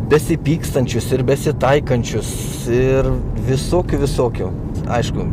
besipykstančius ir besitaikančius ir visokių visokių aišku